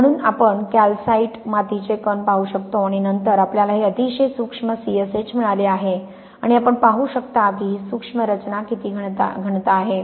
म्हणून आपण कॅल्साइट मातीचे कण पाहू शकतो आणि नंतर आपल्याला हे अतिशय सूक्ष्म C S H मिळाले आहे आणि आपण पाहू शकता की ही सूक्ष्म रचना किती घनता आहे